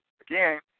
again